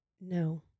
no